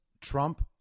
Trump